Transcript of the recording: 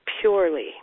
purely